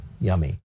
yummy